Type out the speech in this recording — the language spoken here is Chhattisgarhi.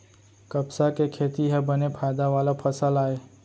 कपसा के खेती ह बने फायदा वाला फसल आय